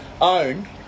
own